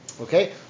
Okay